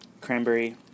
cranberry